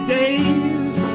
days